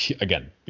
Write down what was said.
again